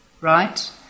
right